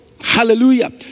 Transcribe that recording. Hallelujah